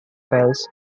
fells